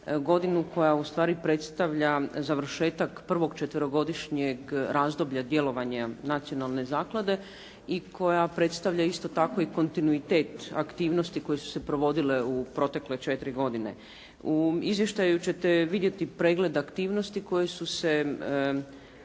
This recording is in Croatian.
godinu koja ustvari predstavlja završetak prvog četverogodišnjeg razdoblja djelovanja Nacionalne zaklade i koja predstavlja isto tako i kontinuitet aktivnosti koje su se provodile u protekle četiri godine. U izvještaju ćete vidjeti pregled aktivnosti koje su se